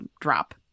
drop